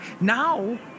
Now